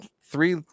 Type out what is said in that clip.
three